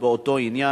באותו עניין,